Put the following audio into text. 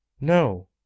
no